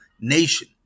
nation